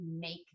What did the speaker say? make